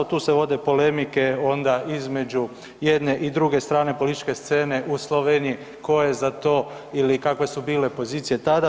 Tu se vode polemike onda između jedne i druge strane političke scene u Sloveniji tko je za to ili kakve su bile pozicije tada.